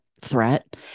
threat